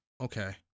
Okay